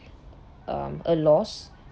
um a loss